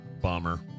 Bomber